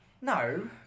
no